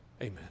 amen